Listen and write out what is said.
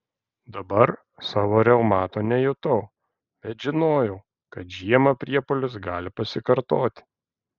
dabar savo reumato nejutau bet žinojau kad žiemą priepuolis gali pasikartoti